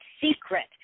secret